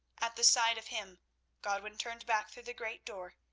at the sight of him godwin turned back through the great door,